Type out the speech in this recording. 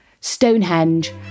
Stonehenge